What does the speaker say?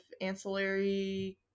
ancillary